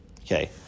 Okay